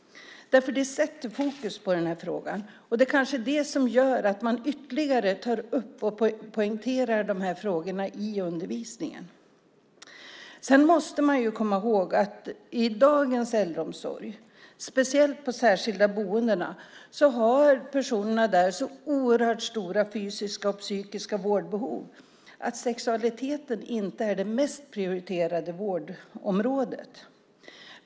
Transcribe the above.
Den sätter fokus på den här frågan. Det kanske är det som gör att man ytterligare tar upp och poängterar de här frågorna i undervisningen. Sedan måste man komma ihåg att i dagens äldreomsorg, speciellt på de särskilda boendena, har personerna där så oerhört stora fysiska och psykiska vårdbehov att sexualiteten inte är det mest prioriterade vårdområdet.